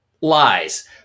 lies